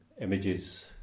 Images